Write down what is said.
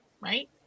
Right